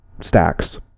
stacks